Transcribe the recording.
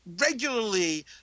regularly